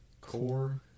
core